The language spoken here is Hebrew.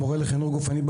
המורה לחינוך גופני,